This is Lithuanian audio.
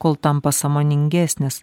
kol tampa sąmoningesnis